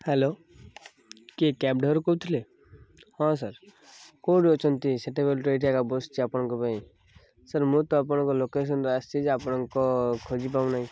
hello କିଏ cab driver କହୁଥିଲେ ହଁ ସାର୍ କେଉଁଠୁ ଅଛନ୍ତି ସେତେବେଳେଠୁ ଏଇଠି ଏକା ବସିଛି ଆପଣଙ୍କ ପାଇଁ ସାର୍ ମୁଁ ତ ଆପଣଙ୍କ ଲୋକେସନ୍ ତ ଆସିଛି ଯେ ଆପଣଙ୍କ ଖୋଜି ପାଉନାହିଁ